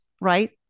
right